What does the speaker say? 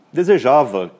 desejava